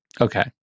Okay